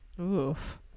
Oof